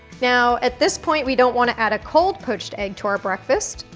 now, at this point we don't wanna add a cold poached egg to our breakfast,